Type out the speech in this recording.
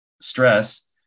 stress